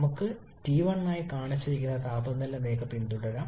നമുക്ക് ടി 1 ആയി കാണിച്ചിരിക്കുന്ന താപനില രേഖ പിന്തുടരാം